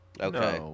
Okay